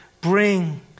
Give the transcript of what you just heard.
bring